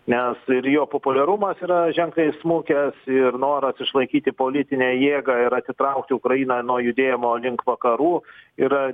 nes ir jo populiarumas yra ženkliai smukęs ir noras išlaikyti politinę jėgą ir atitraukti ukrainą nuo judėjimo link vakarų yra